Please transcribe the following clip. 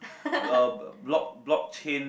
!walao! block block chain